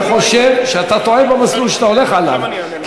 אני חושב שאתה טועה במסלול שאתה הולך עליו.